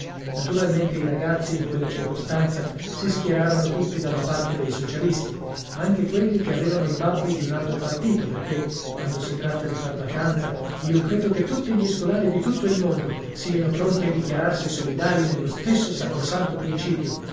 naturalmente i ragazzi in quella circostanza si schierarono tutti dalla parte dei socialisti anche quelli che avevano i babbi di un altro partito perché quando si tratta di far vacanza io credo che tutti gli scolari di tutto il mondo sieno pronti a dichiararsi solidali nello stesso sacrosanto principio